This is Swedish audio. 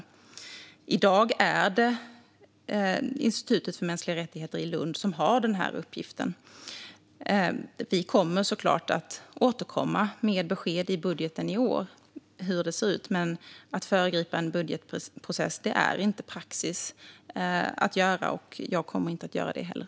I dag är det Institutet för mänskliga rättigheter i Lund som har den uppgiften. Vi kommer såklart att återkomma med besked i budgeten i år om hur det ser ut. Men att föregripa en budgetprocess är inte praxis, och jag kommer inte heller att göra det.